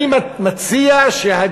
אני מציע שיהיו